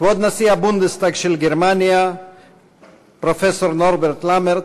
כבוד נשיא הבונדסטאג של גרמניה פרופסור נורברט לאמרט,